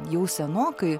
jau senokai